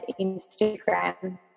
Instagram